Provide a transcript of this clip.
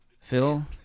Phil